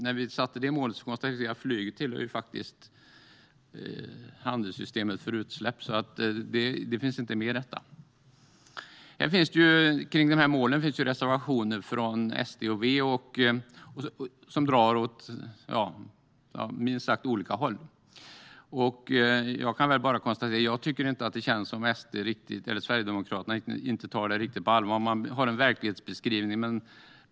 När vi satte det målet konstaterade vi att flyget tillhör handelssystemet för utsläpp, så det finns inte med i detta. Om målen finns det reservationer från SD och V som drar åt minst sagt olika håll. Jag tycker att det känns som att Sverigedemokraterna inte tar det riktigt på allvar. De har en verklighetsbeskrivning.